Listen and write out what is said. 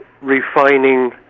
refining